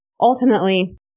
ultimately